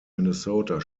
minnesota